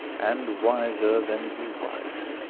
and wiser than he was.